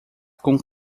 com